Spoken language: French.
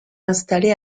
installé